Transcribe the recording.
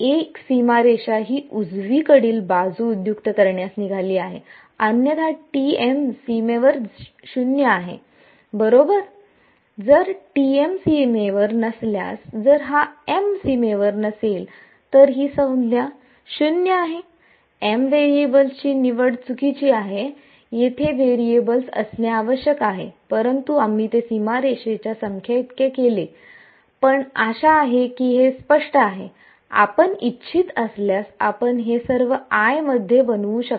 एक सीमारेषा ही उजवीकडील बाजू उद्युक्त करण्यास निघाली आहे अन्यथा सीमेवर 0 आहे बरोबर जर सीमेवर नसल्यास जर हा m सीमेवर नसेल तर ही संज्ञा 0 आहे m व्हेरिएबल्सची निवड चुकीची आहे येथे व्हेरिएबल असणे आवश्यक आहे परंतु आम्ही ते सीमारेषाच्या संख्येइतके केले पण आशा आहे की हे स्पष्ट आहे आपण इच्छित असल्यास आपण हे सर्व i मध्ये बनवू शकता